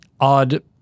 odd –